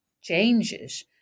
changes